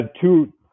two